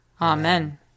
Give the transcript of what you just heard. Amen